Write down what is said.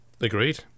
Agreed